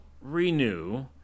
renew